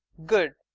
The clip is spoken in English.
good.